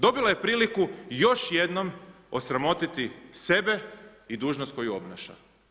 Dobila je priliku još jednom osramotiti sebe i dužnost koju obnaša.